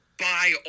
buy